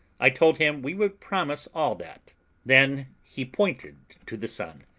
i told him we would promise all that then he pointed to the sun,